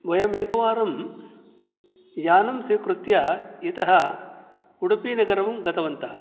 वयम् एकवारं यानं स्वीकृत्य इतः उडुप्पीनगरं गतवन्तः